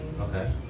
Okay